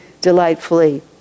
delightfully